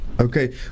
Okay